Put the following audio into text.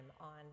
on